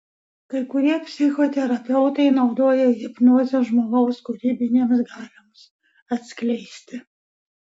kai kurie psichoterapeutai naudoja hipnozę žmogaus kūrybinėms galioms atskleisti